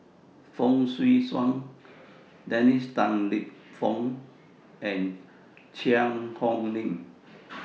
Fong Swee Suan Dennis Tan Lip Fong and Cheang Hong Lim